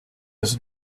his